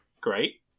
great